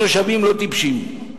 התושבים לא טיפשים.